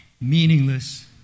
Meaningless